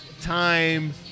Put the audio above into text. time